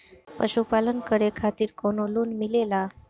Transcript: पशु पालन करे खातिर काउनो लोन मिलेला?